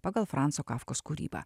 pagal franco kafkos kūrybą